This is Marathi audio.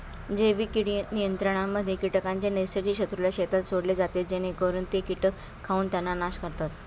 जैविक कीड नियंत्रणामध्ये कीटकांच्या नैसर्गिक शत्रूला शेतात सोडले जाते जेणेकरून ते कीटक खाऊन त्यांचा नाश करतात